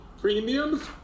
premiums